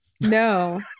No